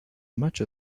much